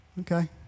Okay